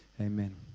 Amen